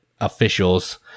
officials